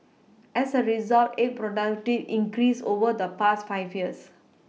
as a result egg productivity increased over the past five years